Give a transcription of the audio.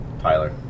Tyler